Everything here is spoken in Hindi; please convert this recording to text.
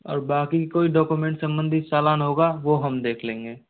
और बाकि कोई डाॅक्यूमेंट्स सम्बंधित कोई चालान होगा वो हम देख लेंगे